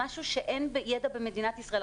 משהו שאין בו ידע במדינת ישראל.